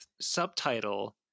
subtitle